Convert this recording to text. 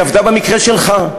היא עבדה במקרה שלך.